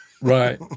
Right